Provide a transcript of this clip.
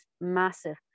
massive